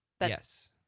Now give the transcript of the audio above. Yes